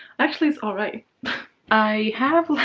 actually, it's alright i have, like,